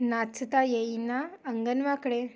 नाचता येईना अंगण वाकडे